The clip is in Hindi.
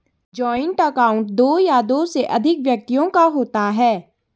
जॉइंट अकाउंट दो या दो से अधिक व्यक्तियों का होता है